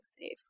safe